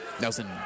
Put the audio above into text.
Nelson